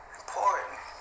important